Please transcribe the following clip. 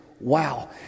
Wow